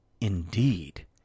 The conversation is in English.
indeed